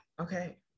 okay